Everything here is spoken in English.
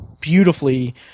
beautifully